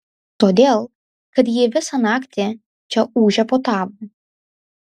todėl kad ji visą naktį čia ūžė puotavo